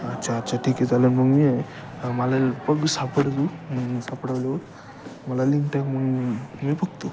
अच्छा अच्छा ठीक आहे चालेल मग मी आहे मला ल बघ सापड तू मग सापडवल्यावर मला लिंक ठेव मग मी बघतो